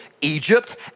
Egypt